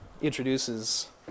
introduces